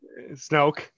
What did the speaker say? Snoke